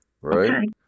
right